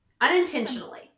unintentionally